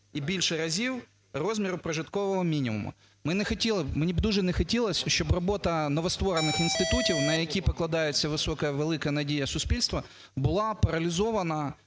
і більше разів розміру прожиткового мінімуму. Мені б дуже не хотілося, щоб робота новостворених інститутів, на які покладається висока і велика надія суспільства, була паралізована